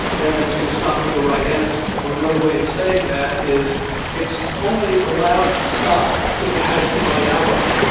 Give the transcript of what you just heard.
then it's going to stop with the right answer, or another way of saying that is it's only allowed to stop if it has the right output.